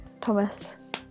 Thomas